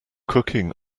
cooking